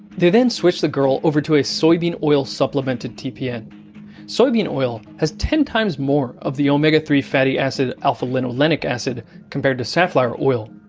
they then switched the girl over to a soybean oil supplemented tpn soybean oil has ten times more of the omega three fatty acid alpha-linolenic acid compared to safflower oil,